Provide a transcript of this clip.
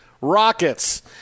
rockets